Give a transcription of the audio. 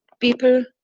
people,